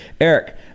Eric